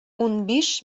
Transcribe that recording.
унбиш